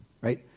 right